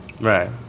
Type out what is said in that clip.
Right